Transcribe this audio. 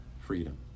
freedom